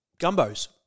gumbos